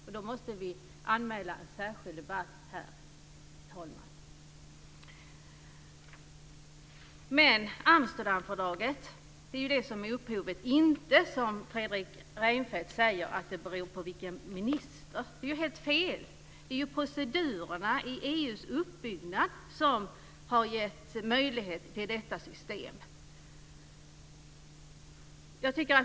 Det är därför som vi har begärt särskild debatt, herr talman. Amsterdamfördraget är upphovet till detta. Det är inte som Fredrik Reinfeldt säger att det beror på vilken minister det är. Det är helt fel. Det är procedurerna i EU:s uppbyggnad som har gett möjlighet till detta system.